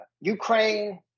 Ukraine